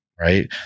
Right